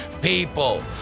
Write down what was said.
people